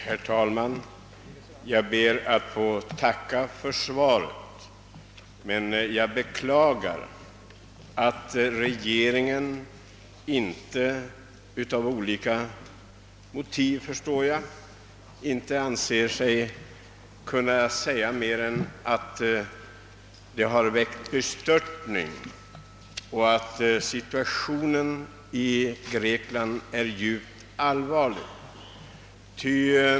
Herr talman! Jag ber att få tacka för svaret på min fråga, men jag beklagar att regeringen inte har ansett sig kunna säga mer än att vad som händer i Grekland har väckt bestörtning och att situationen är djupt allvarlig.